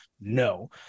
No